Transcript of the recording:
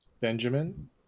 Benjamin